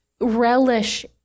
Relish